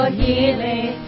healing